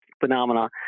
Phenomena